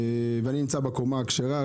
אני נמצא בקומה הכשרה.